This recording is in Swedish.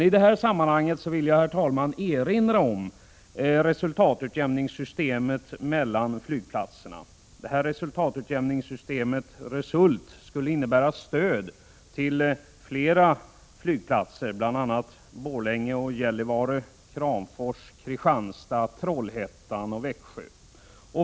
I detta sammanhang vill jag, herr talman, erinra om resultatutjämningssystemet flygplatserna emellan. Systemet RESULT skulle innebära ett stöd till flera flygplatser, bl.a. Borlänge, Gällivare, Kramfors, Kristianstad, Trollhättan och Växjö.